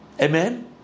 Amen